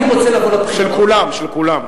של כולם.